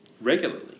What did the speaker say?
regularly